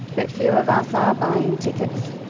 but few of us are buying tickets.